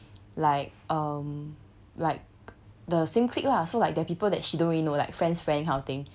like um like the same clique lah so like there are people that she don't really know like friends friends kind of thing